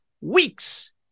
weeks